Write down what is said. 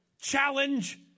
challenge